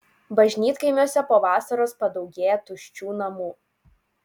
bažnytkaimiuose po vasaros padaugėja tuščių namų